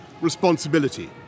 responsibility